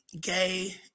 gay